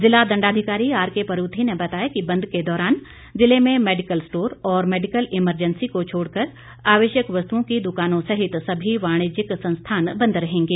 जिला दंडाधिकारी आरके परूथी ने बताया कि बंद के दौरान जिले में मेडिकल स्टोर और मेडिकल इमरजेंसी को छोड़कर आवश्यक वस्तुओं की दुकानों सहित सभी वाणिज्यिक संस्थान बंद रहेंगे